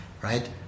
right